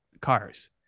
cars